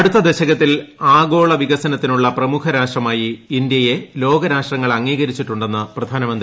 അടുത്ത ദശകത്തിൽ ആഗോള വികസനത്തിനുള്ള പ്രമുഖ രാഷ്ട്രമായി ഇന്ത്യയെ ലോകരാഷ്ട്രങ്ങൾ അംഗീകരിച്ചിട്ടുണ്ടെന്ന് പ്രധാനമന്ത്രി നരേന്ദ്രമോദി